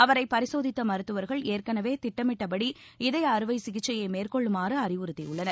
அவரை பரிசோதித்த மருத்துவர்கள் ஏற்கெனவே திட்டமிட்டபடி இதய அறுவை சிகிச்சையை மேற்கொள்ளுமாறு அறிவுறுத்தியுள்ளனர்